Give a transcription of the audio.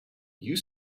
you